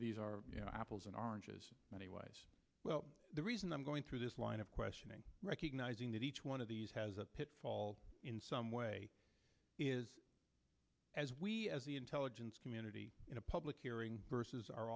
these are apples and oranges moneywise well the reason i'm going through this line of questioning recognizing that each one of these has a pitfall in some way is as we as the intelligence community in a public hearing vs are